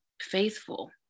faithful